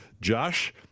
Josh